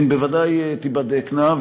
הן בוודאי תיבדקנה.